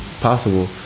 possible